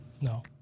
No